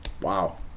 Wow